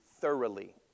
thoroughly